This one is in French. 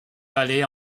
vallée